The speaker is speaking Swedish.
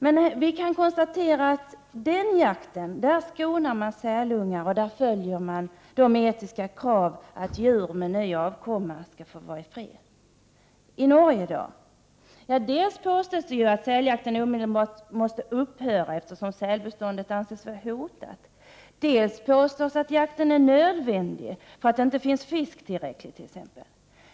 Men vi kan konstatera att man vid den jakten skonar sälungar och följer det etiska kravet, att djur med nyfödd avkomma skall få vara i fred. Hur är situationen i Norge? Dels påstås att säljakten omedelbart måste upphöra, eftersom sälbeståndet anses hotat, dels påstås att jakten är nödvändig, eftersom det t.ex. inte finns tillräckligt med fisk.